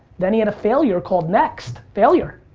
then he had a failure called next, failure.